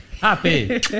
Happy